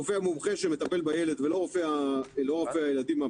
מומחה שמטפל בילד ולא רופא הילדים,